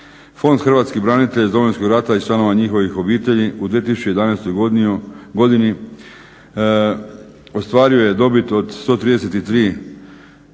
Fond hrvatskih branitelja iz Domovinskog rata i članova njihovih obitelji u 2011. godini ostvario je dobio od 133 milijuna